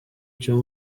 cyo